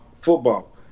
football